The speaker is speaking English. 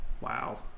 Wow